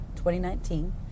2019